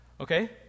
Okay